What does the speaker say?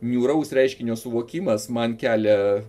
niūraus reiškinio suvokimas man kelia